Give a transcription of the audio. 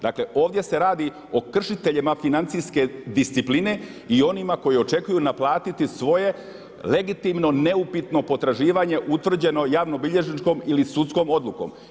Dakle ovdje se radi o kršiteljima financijske discipline i onima koji očekuju naplatiti svoje legitimno neupitno potraživanje utvrđeno javnobilježničkom ili sudskom odlukom.